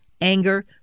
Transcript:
anger